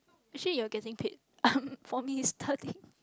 actually you're getting paid for me to study